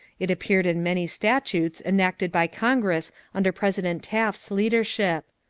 it appeared in many statutes enacted by congress under president taft's leadership.